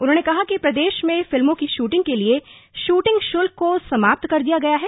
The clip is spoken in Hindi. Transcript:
उन्होंने कहा कि प्रदेश में फिल्मों की शूटिंग के लिए शूटिंग शुल्क को समाप्त कर दिया गया है